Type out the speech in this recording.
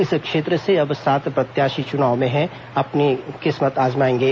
इस क्षेत्र से अब सात प्रत्याशी चुनाव में अपनी किस्मत आजमाएंगे